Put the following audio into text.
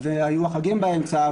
והיו החגים באמצע.